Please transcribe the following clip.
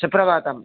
सुप्रभातम्